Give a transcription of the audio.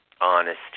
Honesty